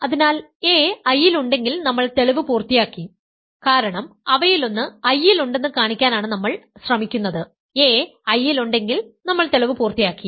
അതിനാൽ a I ലുണ്ടെങ്കിൽ നമ്മൾ തെളിവ് പൂർത്തിയാക്കി കാരണം അവയിലൊന്ന് I ലുണ്ടെന്ന് കാണിക്കാനാണ് നമ്മൾ ശ്രമിക്കുന്നത് a I ലുണ്ടെങ്കിൽ നമ്മൾ തെളിവ് പൂർത്തിയാക്കി